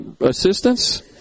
assistance